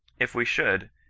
if we should,